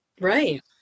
Right